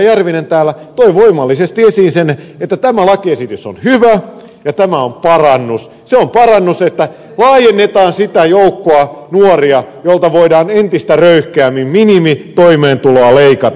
järvinen täällä toi voimallisesti esiin sen että tämä lakiesitys on hyvä ja tämä on parannus se on parannus että laajennetaan sitä nuorten joukkoa jolta voidaan entistä röyhkeämmin minimitoimeentuloa leikata